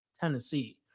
tennessee